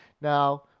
Now